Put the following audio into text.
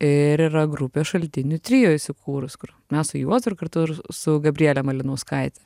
ir yra grupė šaltinių trio įsikūrus kur mes su juozu ir kartu ir su gabriele malinauskaite